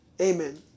Amen